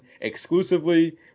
exclusively